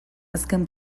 azken